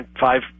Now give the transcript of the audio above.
five